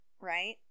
right